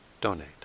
donate